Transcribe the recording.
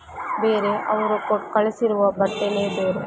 ಬೇರೆ ಅವರು ಕೊಟ್ಟು ಕಳಿಸಿರುವ ಬಟ್ಟೆ ಬೇರೆ